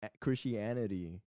Christianity